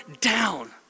down